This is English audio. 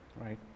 right